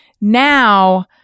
Now